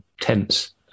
tense